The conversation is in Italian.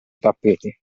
tappeti